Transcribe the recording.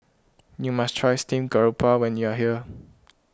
you must try Steamed Garoupa when you are here